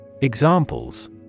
Examples